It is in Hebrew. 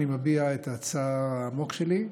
אני מביע את הצער העמוק שלי,